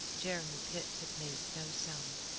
jeremy pitt had made no sound.